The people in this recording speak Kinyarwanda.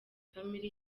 family